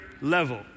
level